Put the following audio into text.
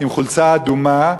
עם חולצה אדומה,